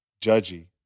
judgy